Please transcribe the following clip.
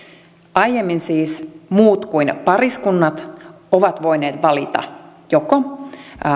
aiemmin siis muut kuin pariskunnat ovat voineet valita joko